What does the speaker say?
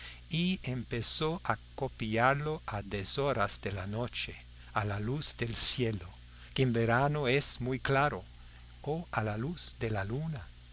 y empezó a copiarlo a deshoras de la noche a la luz del cielo que en verano es muy claro o a la luz de la luna